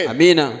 Amen